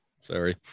Sorry